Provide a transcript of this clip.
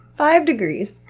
five degrees?